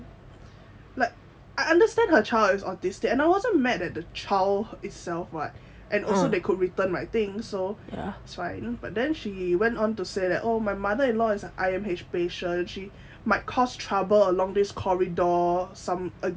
like I understand her child is autistic and I wasn't mad at the child itself what and also they could return my thing so ya that's why but then she went on to say that oh my mother in law is an I_M_H patient she might cause trouble along this corridor some uh